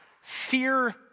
fear